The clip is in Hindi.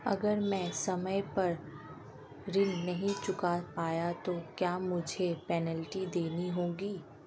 अगर मैं समय पर ऋण नहीं चुका पाया तो क्या मुझे पेनल्टी देनी होगी?